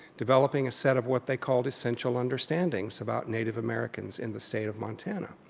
developing a set of what they called essential understandings about native americans in the state of montana.